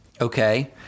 Okay